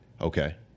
Okay